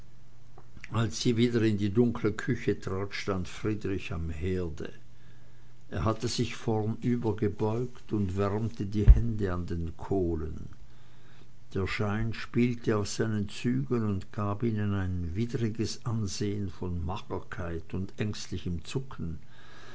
als sie wieder in die dunkle küche trat stand friedrich am herde er hatte sich vornübergebeugt und wärmte die hände an den kohlen der schein spielte auf seinen zügen und gab ihnen ein widriges ansehen von magerkeit und ängstlichem zucken